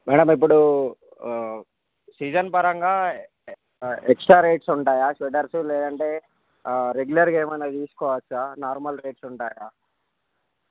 madam ఇప్పుడు season పరంగా extra rates ఉంటాయా స్వెటర్స్ లేదంటే రెగ్యులర్గా ఏమైనా తీసుకోవచ్చా నార్మల్ రేట్స్ ఉంటాయా